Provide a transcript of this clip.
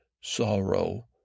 sorrow